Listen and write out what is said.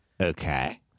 Okay